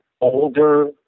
older